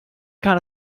kind